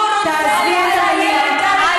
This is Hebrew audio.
תעזבי את המליאה.